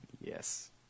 Yes